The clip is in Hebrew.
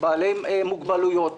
בעלי מוגבלויות,